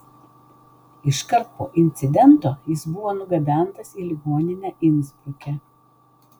iškart po incidento jis buvo nugabentas į ligoninę insbruke